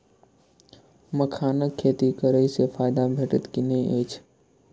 मखानक खेती करे स फायदा भेटत की नै अछि?